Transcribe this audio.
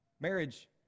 marriage